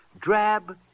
drab